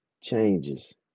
changes